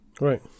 Right